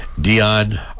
Dion